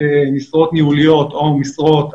משרות ניהוליות או משרות אקדמיות,